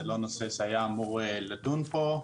זה לא נושא שאמור היה לדון פה.